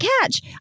catch